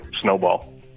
snowball